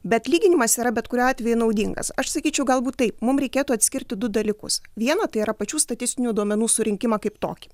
bet lyginimas yra bet kuriuo atveju naudingas aš sakyčiau galbūt taip mum reikėtų atskirti du dalykus viena tai yra pačių statistinių duomenų surinkimą kaip tokį